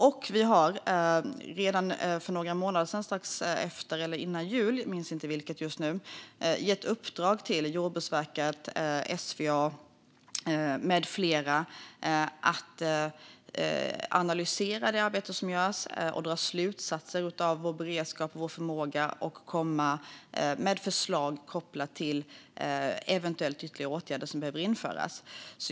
Och redan för några månader sedan - jag minns inte just nu om det var strax innan eller strax efter jul - gav vi uppdrag till Jordbruksverket, SVA med flera att analysera det arbete som görs och dra slutsatser av vår beredskap och vår förmåga och komma med förslag om eventuellt ytterligare åtgärder som behöver införas.